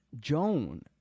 joan